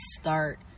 start